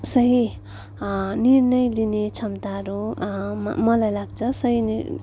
सही निर्णय लिने क्षमताहरू म मलाई लाग्छ सही निर्णय